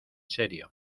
serio